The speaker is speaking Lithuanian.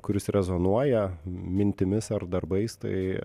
kuris rezonuoja mintimis ar darbais tai